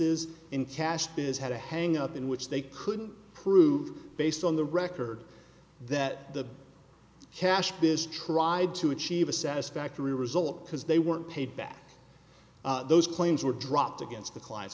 is in cash because had a hang up in which they couldn't prove based on the record that the cash biz tried to achieve a satisfactory result because they weren't paid back those claims were dropped against the clients